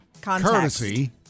courtesy